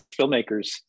filmmakers